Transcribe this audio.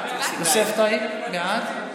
יוסף טייב, בעד.